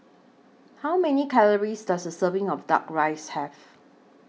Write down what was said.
How Many Calories Does A Serving of Duck Rice Have